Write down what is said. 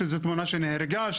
שזה תמונה של ילדה שנהרגה.